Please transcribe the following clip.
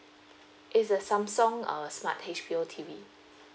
it's a samsung uh smart H_B_O T_V